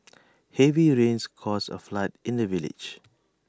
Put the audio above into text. heavy rains caused A flood in the village